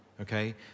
Okay